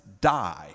die